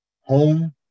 home